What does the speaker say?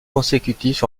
consécutif